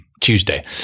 Tuesday